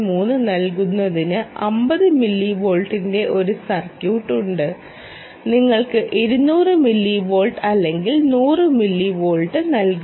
3 നൽകുന്നതിന് 50 മില്ലിവോൾട്ടിന്റെ ഒരു സർക്യൂട്ട് ഉണ്ട് നിങ്ങൾക്ക് 200 മില്ലിവോൾട്ട് അല്ലെങ്കിൽ 100 മില്ലിവോൾട്ട് നൽകും